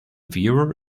viewer